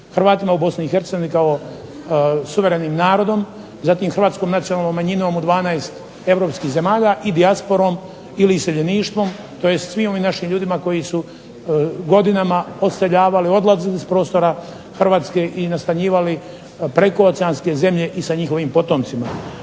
HRvatima u BiH kao suverenim narodom, zatim Hrvatskom nacionalnom manjinom u 12 europskih zemalja i dijasporom ili iseljeništvom tj. svi onim našim ljudima koji su godinama odseljavali odlazili s prostora Hrvatske i nastanjivali prekooceanske zemlje i sa njihovim potomcima.